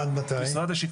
עד מתי?